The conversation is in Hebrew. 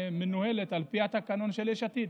הכנסת מנוהלת על פי התקנון של יש עתיד.